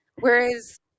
Whereas